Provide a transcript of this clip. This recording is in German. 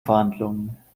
verhandlungen